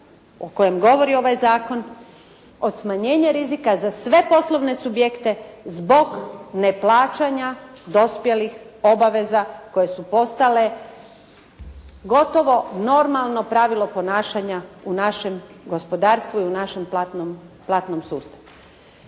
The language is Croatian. o kojem govori ovaj zakon, o smanjenje rizika za sve poslovne subjekte zbog neplaćanja dospjelih obaveza koje su postale gotovo normalno pravilo ponašanja u našem gospodarstvu i u našem platnom sustavu.